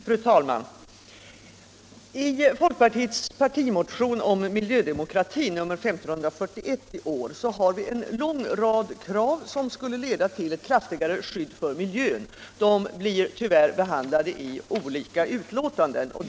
Fru talman! I folkpartiets partimotion om miljödemokrati, nr 1541 i år, har vi en lång rad krav som skulle leda till ett kraftigare skydd för miljön. De blir tyvärr behandlade i olika utskottsbetänkanden.